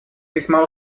весьма